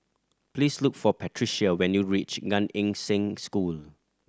please look for Patrica when you reach Gan Eng Seng School